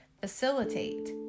facilitate